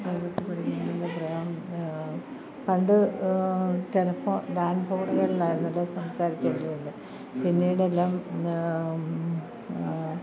അതിനെ കുറിച്ച് പഠിക്കുന്നതിൻ്റെ പ്രയോജനം പണ്ട് ടെലഫോ ലാൻഡ് ഫോൺകളായിരുന്നല്ലോ സംസാരിച്ചിരുന്നത് പിന്നീടെല്ലാം